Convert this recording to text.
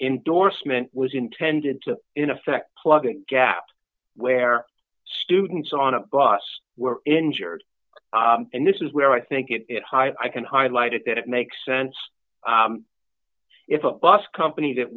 indorsement was intended to in effect plug a gap where students on a bus were injured and this is where i think it high i can highlight it that it makes sense if a bus company that